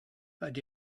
and